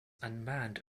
unmanned